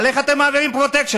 אבל איך אתם מעבירים פרוטקשן,